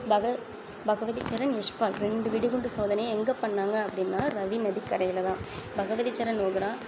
பக பகவதிச்சரண் யஷ்பால் ரெண்டு வெடிகுண்டு சோதனையை எங்கே பண்ணாங்கள் அப்படின்னா ரவி நதிக் கரையில் தான் பகவதிச்சரண் அவங்க தான்